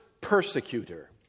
persecutor